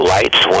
Lights